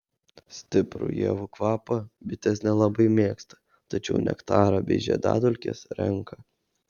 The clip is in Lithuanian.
stiprų ievų kvapą bitės nelabai mėgsta tačiau nektarą bei žiedadulkes renka